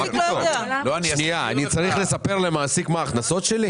אני צריך לספר למעסיק מה ההכנסות שלי?